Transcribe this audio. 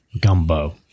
Gumbo